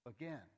again